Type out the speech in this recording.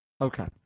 Okay